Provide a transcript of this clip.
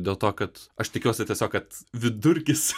dėl to kad aš tikiuosi tiesiog kad vidurkis